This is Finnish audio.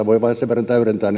voi vain vähän täydentää